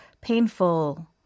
painful